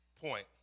point